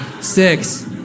Six